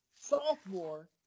Sophomore